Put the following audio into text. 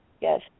Yes